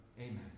Amen